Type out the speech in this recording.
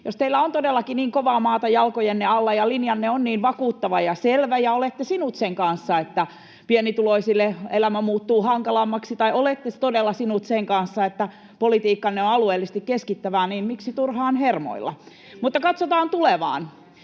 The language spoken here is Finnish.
Jos teillä on todellakin niin kovaa maata jalkojenne alla ja linjanne on niin vakuuttava ja selvä ja olette sinut sen kanssa, että pienituloisille elämä muuttuu hankalammaksi, tai olette todella sinut sen kanssa, että politiikkanne on alueellisesti keskittävää, niin miksi turhaan hermoilla? Mutta katsotaan tulevaan.